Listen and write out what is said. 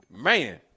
Man